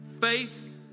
faith